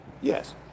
Yes